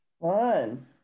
Fun